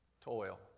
Toil